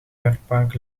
werkbank